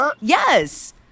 Yes